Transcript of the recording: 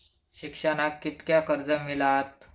शिक्षणाक कीतक्या कर्ज मिलात?